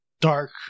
dark